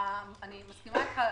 אני מסכימה איתך לחלוטין.